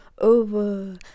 over